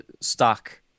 stock